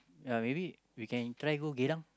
ya maybe we can try go Geylang